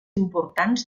importants